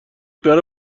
برا